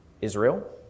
Israel